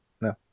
no